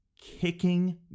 kicking